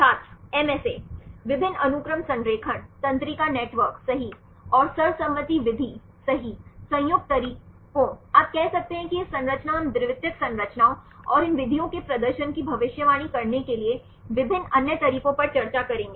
छात्र MSA विभिन्न अनुक्रम संरेखण तंत्रिका नेटवर्क सही और सर्वसम्मति विधि सही संयुक्त तरीकों आप कह सकते हैं कि यह संरचना हम द्वितीयक संरचनाओं और इन विधियों के प्रदर्शन की भविष्यवाणी करने के लिए विभिन्न अन्य तरीकों पर चर्चा करेंगे